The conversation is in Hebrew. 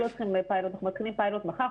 אנחנו מתחילים פיילוט מחר,